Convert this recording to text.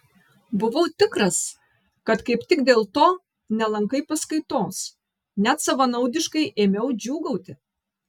buvau tikras kad kaip tik dėl to nelankai paskaitos net savanaudiškai ėmiau džiūgauti